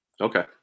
Okay